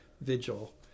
vigil